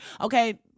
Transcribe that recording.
okay